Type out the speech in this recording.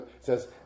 says